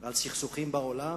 על סכסוכים בעולם,